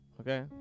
okay